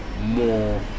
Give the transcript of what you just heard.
more